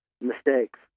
mistakes